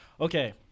Okay